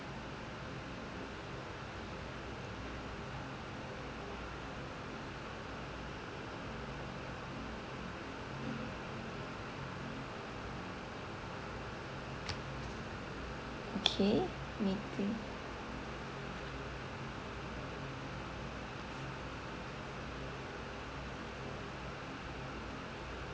okay meeting